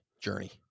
journey